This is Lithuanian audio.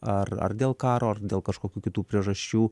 ar ar dėl karo ar dėl kažkokių kitų priežasčių